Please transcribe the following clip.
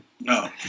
No